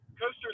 Coaster